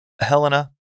Helena